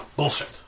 Bullshit